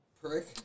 prick